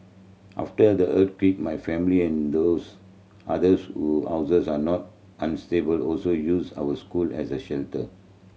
after the earthquake my family and those others who houses are not unstable also used our school as a shelter